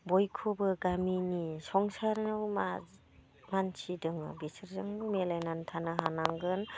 बयखौबो गामिनि संसाराव मा मानसि दोङो बिसोरजों मिलायनानै थानो हानांगोन